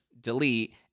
Delete